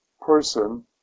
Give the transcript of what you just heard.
person